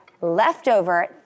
leftover